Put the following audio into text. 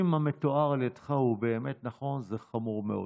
אם המתואר על ידיך באמת נכון, זה חמור מאוד.